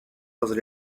was